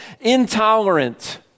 intolerant